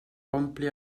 ompli